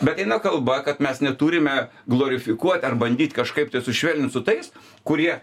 bet eina kalba kad mes neturime glorifikuot ar bandyt kažkaip tai sušvelnint su tais kurie